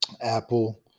Apple